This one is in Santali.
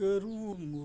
ᱠᱟᱹᱨᱩ ᱢᱩᱨᱢᱩ